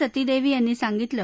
सती देवी यांनी सांगितलं